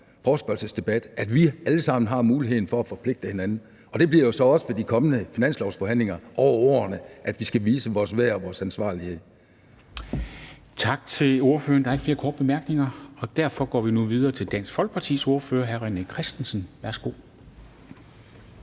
forespørgselsdebat, at vi allesammen har muligheden for at forpligte hinanden, og det bliver jo så også ved de kommende finanslovsforhandlinger over årene, at vi skal vise vores værd og vores ansvarlighed. Kl. 10:58 Formanden (Henrik Dam Kristensen): Tak til ordføreren. Der er ikke flere korte bemærkninger. Derfor går vi nu videre til Dansk Folkepartis ordfører, hr. René Christensen. Værsgo.